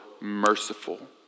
merciful